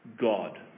God